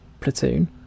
platoon